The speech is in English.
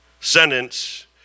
sentence